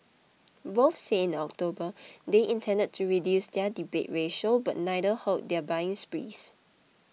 both said in October they intended to reduce their debt ratio but neither halted their buying sprees